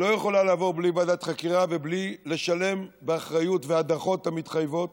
שלא יכולה לעבור בלי ועדת חקירה ובלי לשלם באחריות ובהדחות המתחייבות